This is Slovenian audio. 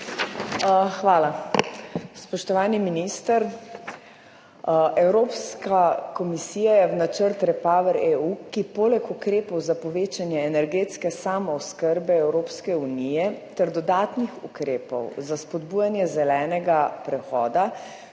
Hvala. Spoštovani minister! Evropska komisija je v načrt REPowerEU poleg ukrepov za povečanje energetske samooskrbe Evropske unije ter dodatnih ukrepov za spodbujanje zelenega prehoda